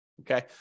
Okay